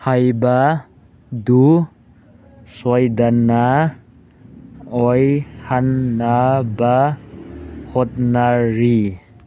ꯍꯥꯏꯕꯗꯨ ꯁꯣꯏꯗꯅ ꯑꯣꯏꯍꯟꯅꯕ ꯍꯣꯠꯅꯔꯤ